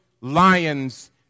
lions